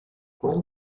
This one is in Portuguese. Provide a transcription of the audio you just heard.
como